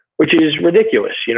which is ridiculous, you know